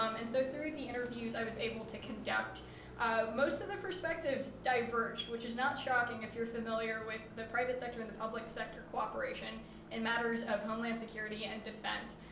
um and so through the interviews i was able to conduct most of the perspectives diverged. which is not shocking if you're familiar with the private sector and the public sector cooperation in matters of homeland security and defense.